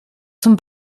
zum